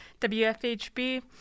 wfhb